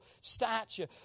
stature